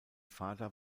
vater